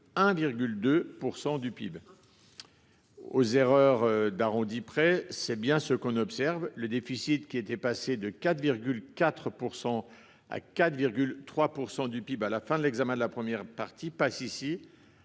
1,2 % du PIB. Aux erreurs d’arrondis près, c’est bien ce qu’on observe : le déficit, passé de 4,4 % à 4,3 % du PIB à la fin de l’examen de la première partie, passe ici,